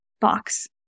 box